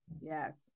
Yes